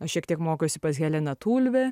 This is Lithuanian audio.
aš šiek tiek mokiausi pas heleną tulve